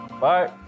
Bye